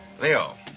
Leo